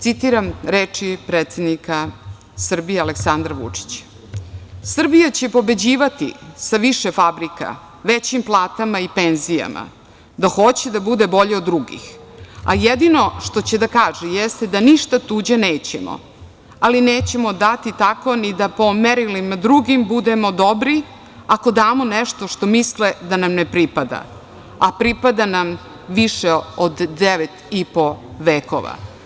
Citiram reči predsednika Srbije Aleksandra Vučića: „Srbija će pobeđivati sa više fabrika, većim platama i penzijama da hoće da bude bolja od drugih, a jedino što će da kaže jeste da ništa tuđe nećemo, ali nećemo dati tako ni da po merilima drugim budemo dobri ako damo nešto što misle da nam ne pripada, a pripada nam više od devet i po vekova“